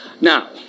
Now